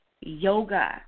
yoga